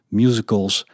musicals